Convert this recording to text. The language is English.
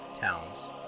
towns